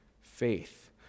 faith